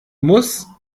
muss